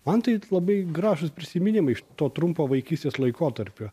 man tai labai gražūs prisiminimai iš to trumpo vaikystės laikotarpio